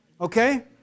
Okay